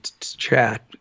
chat